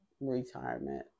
retirement